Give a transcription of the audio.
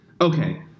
Okay